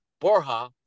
Borja